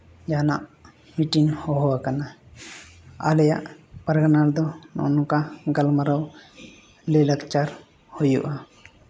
ᱡᱟᱦᱟᱱᱟᱜ ᱢᱤᱴᱤᱝ ᱦᱚᱦᱚ ᱟᱠᱟᱱᱟ ᱟᱞᱮᱭᱟᱜ ᱯᱟᱨᱜᱟᱱᱟ ᱨᱮᱫᱚ ᱱᱚᱜᱼᱚ ᱱᱚᱝᱠᱟ ᱜᱟᱞᱢᱟᱨᱟᱣ ᱞᱟᱭᱼᱞᱟᱠᱪᱟᱨ ᱦᱩᱭᱩᱜᱼᱟ